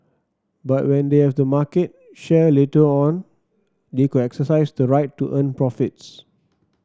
but when they have the market share later on they could exercise the right to earn profits